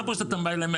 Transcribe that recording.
מה זה לא מפריע?